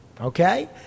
Okay